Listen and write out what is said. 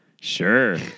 Sure